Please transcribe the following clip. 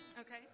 okay